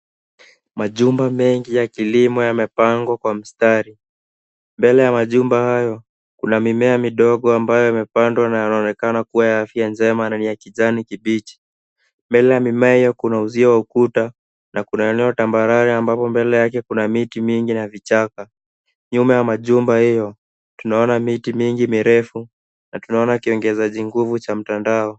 Majumba mengi ya kilimo yamepangwa kwa mstari. Mbele ya majumba hayo, kuna mimea midogo ambayo yamepandwa na yanaonekana kuwa ya afya njema na ni ya kijani kibichi. Mbele ya mimea hiyo kuna uzio wa ukuta, na kuna eneo tambarare ambapo mbele yake kuna miti mingi na vichaka. Nyuma ya majumba hiyo, tunaona miti mingi mirefu, na tunaona kiongezaji nguvu cha mtandao.